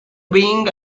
being